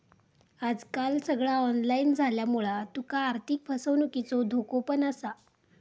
आजकाल सगळा ऑनलाईन झाल्यामुळा तुका आर्थिक फसवणुकीचो धोको पण असा